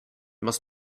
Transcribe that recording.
must